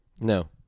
No